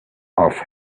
off